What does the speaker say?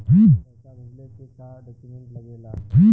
पैसा भेजला के का डॉक्यूमेंट लागेला?